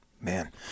Man